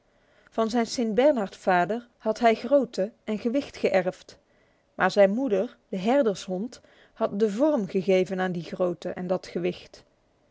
van zijn st bernard vader had hij grootte en gewicht geërfd maar zijn moeder de herdershond had de vorm gegeven aan die grootte en dat gewicht